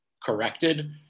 corrected